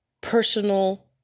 personal